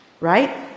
right